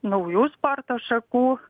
naujų sporto šakų